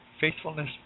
faithfulness